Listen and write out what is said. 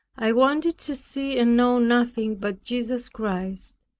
i wanted to see and know nothing but jesus christ.